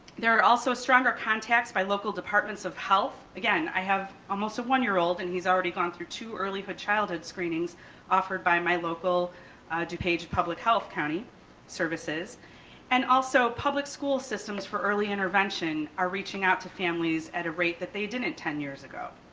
there are also stronger contacts by local departments of health again, i have, almost a one year old and he's already gone through to early childhood screenings offered by my local do page public health county services and also public school systems for early intervention are reaching out to families at a rate that they didn't ten years ago.